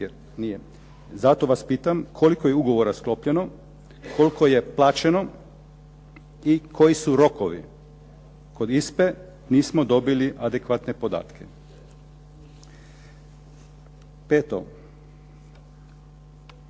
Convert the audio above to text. Jer nije. Zato vas pitam, koliko je ugovora sklopljeno, koliko je plaćeno i koji su rokovi? Kod ISPA-e nismo dobili adekvatne podatke. Peto.